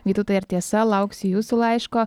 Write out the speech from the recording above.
vytautai ar tiesa lauksiu jūsų laiško